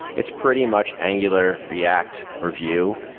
it's pretty much angular, react or view,